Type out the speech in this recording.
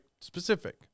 specific